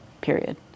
Period